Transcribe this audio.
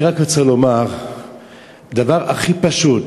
אני רק רוצה לומר דבר הכי פשוט: